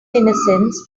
innocence